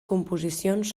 composicions